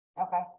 okay